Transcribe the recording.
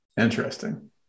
Interesting